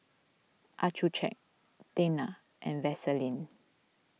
Accucheck Tena and Vaselin